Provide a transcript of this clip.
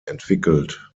entwickelt